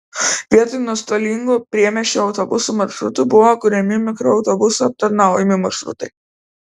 vietoj nuostolingų priemiesčio autobusų maršrutų buvo kuriami mikroautobusų aptarnaujami maršrutai